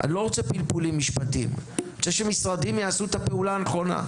אני לא רוצה פלפולים משפטיים; אני רוצה שמשרדים יעשו את הפעולה הנכונה.